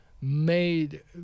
made